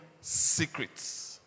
Secrets